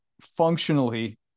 functionally